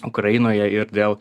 ukrainoje ir dėl